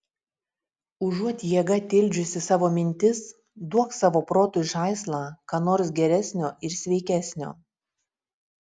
užuot jėga tildžiusi savo mintis duok savo protui žaislą ką nors geresnio ir sveikesnio